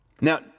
Now